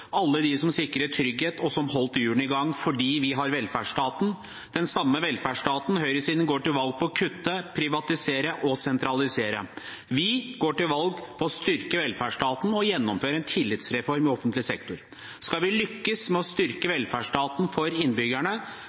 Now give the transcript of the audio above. alle dem som sikrer trygghet, og som holdt hjulene i gang, fordi vi har velferdsstaten, den samme velferdsstaten høyresiden går til valg på å kutte, privatisere og sentralisere. Vi går til valg på å styrke velferdsstaten og gjennomføre en tillitsreform i offentlig sektor. Skal vi lykkes med å styrke velferdsstaten for innbyggerne,